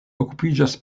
okupiĝas